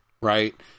Right